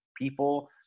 people